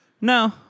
No